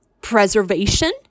Preservation